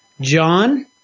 John